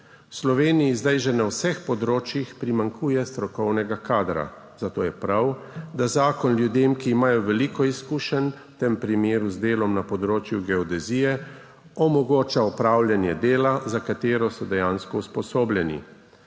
Sloveniji zdaj že na vseh področjih primanjkuje strokovnega kadra, zato je prav, da zakon ljudem, ki imajo veliko izkušenj, v tem primeru z delom na področju geodezije, omogoča opravljanje dela, za katero so dejansko usposobljeni.